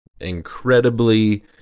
Incredibly